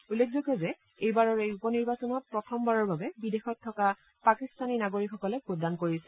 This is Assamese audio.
উল্লেখযোগ্য যে এইবাৰৰ এই উপ নিৰ্বাচনত প্ৰথমবাৰৰ বাবে বিদেশত থকা পাকিস্তানী নাগৰিকসকলে ভোটদান কৰিছে